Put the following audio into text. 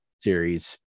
series